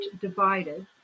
divided